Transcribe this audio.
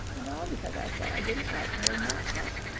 and all because i said i didn't like her in that hat.